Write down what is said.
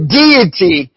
deity